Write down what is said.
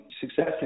success